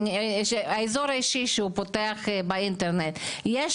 באזור האישי שהוא פותח באינטרנט יש